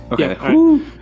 Okay